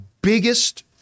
biggest